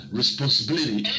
responsibility